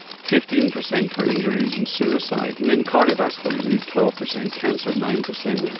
fifteen percent for injuries and suicide, and then cardiovascular disease twelve percent, cancer nine percent,